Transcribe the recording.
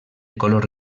color